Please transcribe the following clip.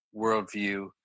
worldview